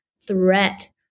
threat